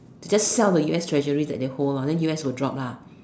just sell the U_S treasury that they hold lor then us will drop lah